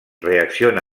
reacciona